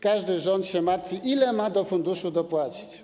Każdy rząd się martwi, ile ma do funduszu dopłacić.